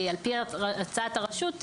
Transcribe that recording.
על פי הצעת הרשות,